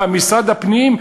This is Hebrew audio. משרד הפנים?